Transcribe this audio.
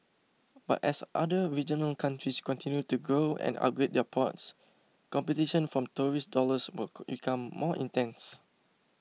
but as other regional countries continue to grow and upgrade their ports competition for tourist dollars will become more intense